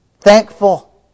thankful